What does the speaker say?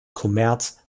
kommerz